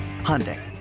Hyundai